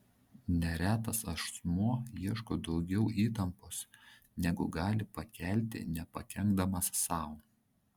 neretas asmuo ieško daugiau įtampos negu gali pakelti nepakenkdamas sau